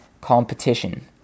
competition